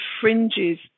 fringes